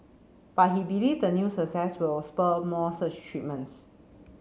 but he believes the new success will spur more such treatments